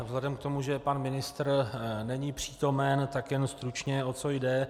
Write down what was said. Vzhledem k tomu, že pan ministr není přítomen, tak jen stručně, o co jde.